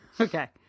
Okay